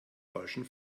falschen